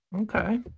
Okay